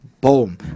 boom